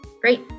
Great